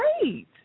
great